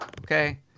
okay